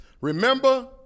Remember